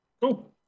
Cool